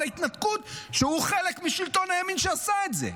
ההתנתקות כשהוא חלק משלטון הימין שעשה את זה.